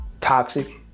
Toxic